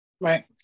Right